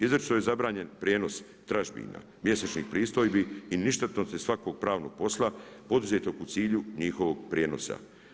Izričito je zabranjen prijenos tražbina mjesečnih pristojbi i ništetnosti svakog pravnog posla poduzetog u cilju njihovog prijenosa.